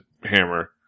hammer